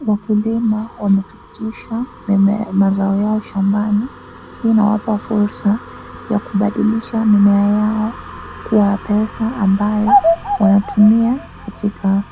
Wakulima wamefikisha mazao yao shambani. Hii inawapa fursa ya kubadilisha mimea yao kuwa pesa ambayo wanatumia katika